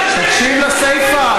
תקשיב לסיפה,